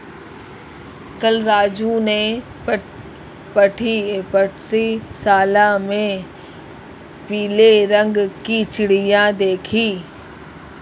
कल राजू ने पक्षीशाला में पीले रंग की चिड़िया देखी